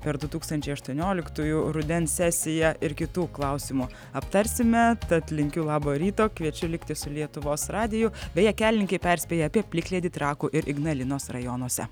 per du tūkstančiai aštuonioliktųjų rudens sesiją ir kitų klausimų aptarsime tad linkiu labo ryto kviečiu likti su lietuvos radiju beje kelininkai perspėja apie plikledį trakų ir ignalinos rajonuose